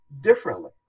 differently